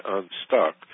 Unstuck